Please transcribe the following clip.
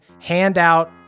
handout